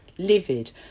livid